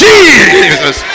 Jesus